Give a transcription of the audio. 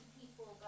people